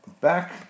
back